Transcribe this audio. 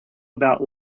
about